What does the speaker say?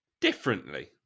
differently